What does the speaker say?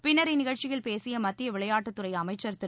பின்னர் இந்நிகழ்ச்சியில் பேசிய மத்திய விளையாட்டுத்துறை அமைச்சர் திரு